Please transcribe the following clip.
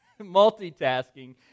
multitasking